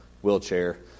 wheelchair